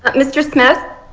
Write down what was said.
um mr. smith?